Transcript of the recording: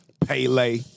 Pele